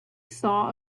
saw